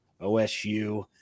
OSU